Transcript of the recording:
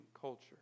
culture